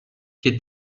και